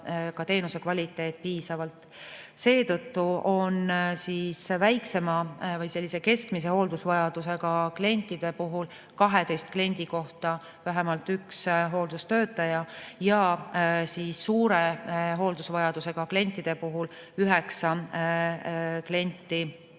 ka teenuse kvaliteet piisavad. Seetõttu on väiksema või keskmise hooldusvajadusega klientide puhul 12 kliendi kohta vähemalt üks hooldustöötaja ja suure hooldusvajadusega klientide puhul ühe